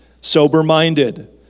sober-minded